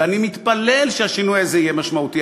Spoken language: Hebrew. ואני מתפלל שהשינוי הזה יהיה משמעותי.